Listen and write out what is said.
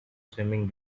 swimming